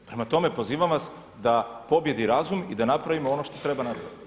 Prema tome, pozivam vas da pobijedi razum i da napravimo ono što treba napraviti.